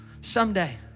Someday